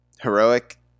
heroic